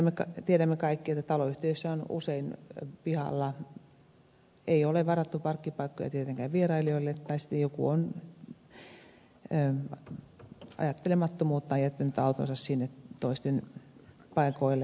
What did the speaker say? mehän tiedämme kaikki että taloyhtiöissä on usein niin että pihalla ei ole varattu parkkipaikkoja tietenkään vierailijoille tai sitten joku on ajattelemattomuuttaan jättänyt autonsa sinne toisten paikoille